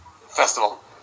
Festival